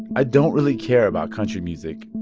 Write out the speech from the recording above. i don't really care about country music.